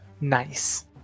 Nice